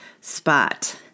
spot